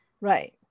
right